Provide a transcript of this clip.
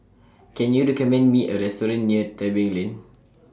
Can YOU recommend Me A Restaurant near Tebing Lane